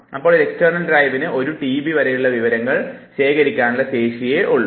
ഇപ്പോൾ ആ എക്സ്റ്റേണൽ ഡ്രൈവിന് ഒരു റ്റി ബി വരെയുള്ള വിവരങ്ങൾ ശേഖരിക്കാനുള്ള ശേഷിയേ ഉള്ളൂ